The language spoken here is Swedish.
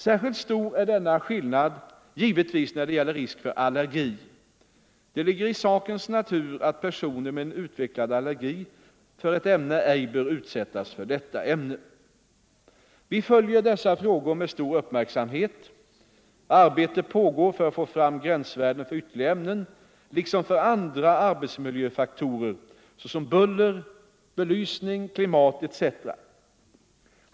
Särskilt stor är denna skillnad givetvis när det gäller risk för allergi. Det ligger i sakens natur att personer med en utvecklad allergi för ett ämne ej bör utsättas för detta ämne. Vi följer dessa frågor med stor uppmärksamhet. Arbete pågår för att få fram gränsvärden för ytterligare ämnen liksom för andra arbetsmiljöfaktorer såsom buller, belysning, klimat etc.